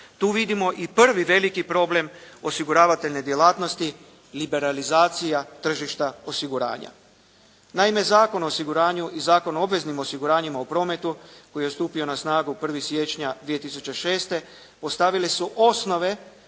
Tu vidimo i prvi velik problem osiguravateljne djelatnosti i liberalizacija tržišta osiguranja. Naime, Zakon o osiguranju i Zakon o obveznim osiguranjima u prometu koji je stupio na snagu 1. siječnja 2006. ostavili su osnove